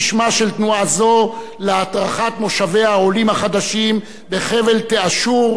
זו להדרכת מושבי העולים החדשים בחבל תאשור שבנגב.